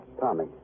tommy